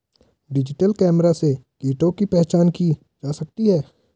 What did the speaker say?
digital camera से कीटों की पहचान की जा सकती है